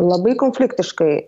labai konfliktiškai